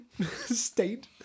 state